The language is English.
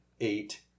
eight